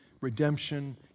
redemption